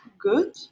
good